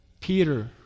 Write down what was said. Peter